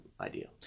idea